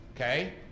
okay